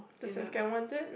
the second want it